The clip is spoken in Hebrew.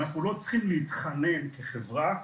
אנחנו לא צריכים להתחנן כחברה,